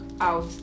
out